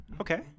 Okay